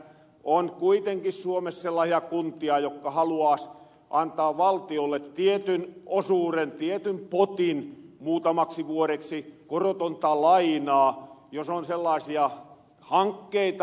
on kuitenkin suomessa sellaasia kuntia jokka haluaas antaa valtiolle tietyn osuuren tietyn potin muutamaksi vuoreksi korotonta lainaa jos on sellaasia hankkeita